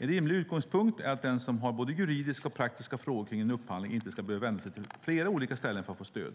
En rimlig utgångspunkt är att den som har både juridiska och praktiska frågor kring en upphandling inte ska behöva vända sig till flera olika ställen för att få stöd.